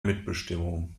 mitbestimmung